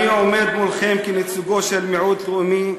אני עומד מולכם כנציגו של מיעוט לאומי,